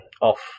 off